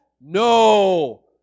No